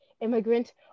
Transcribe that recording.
immigrant